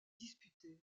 disputées